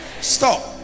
stop